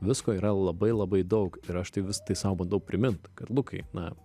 visko yra labai labai daug ir aš tai vis tai sau bandau primint kad lukai na